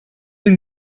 been